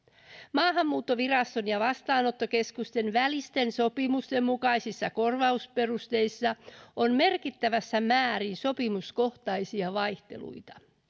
maahanmuuttoviraston ja vastaanottokeskusten välisten sopimusten mukaisissa korvausperusteissa on merkittävässä määrin sopimuskohtaista vaihtelua